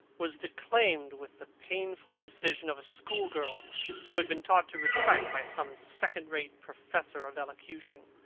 was declaimed with the painful precision of a schoolgirl who has been taught to recite by some second-rate professor of elocution.